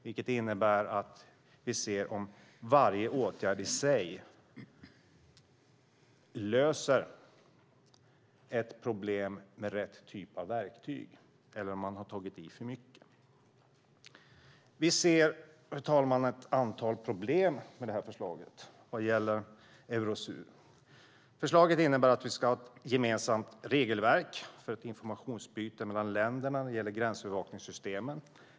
Det innebär att vi ser om varje åtgärd i sig löser ett problem med rätt typ av verktyg eller om man har tagit i för mycket. Vi ser, fru talman, ett antal problem med det här förslaget vad gäller Eurosur. Förslaget innebär att vi ska ha ett gemensamt regelverk för ett informationsutbyte mellan länderna när det gäller gränsövervakningssystemen.